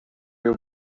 you